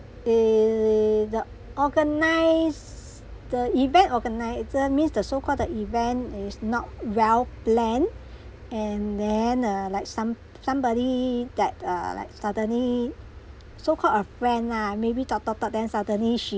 the organise the event organiser means the so called the event is not well plan and then uh like some somebody that uh like suddenly so called a friend lah maybe talk talk talk then suddenly she